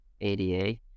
ADA